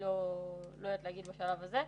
עוד לא יודעת להגיד בשלב הזה.